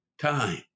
Time